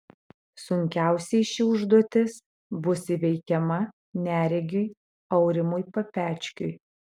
sunkiausiai ši užduotis bus įveikiama neregiui aurimui papečkiui